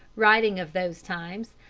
writing of those times,